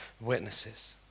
witnesses